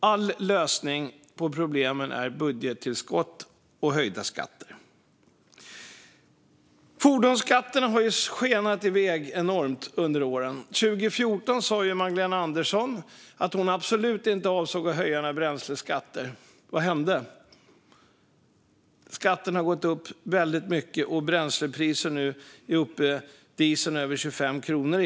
Alla lösningar på problem är budgettillskott och höjda skatter. Fordonsskatterna har ju skenat iväg enormt under åren. År 2014 sa Magdalena Andersson att hon absolut inte avsåg att höja några bränsleskatter. Vad hände? Skatten har gått upp väldigt mycket, och dieselpriset är nu över 25 kronor.